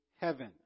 heaven